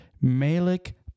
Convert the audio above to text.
Malik